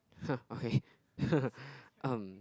ha okay um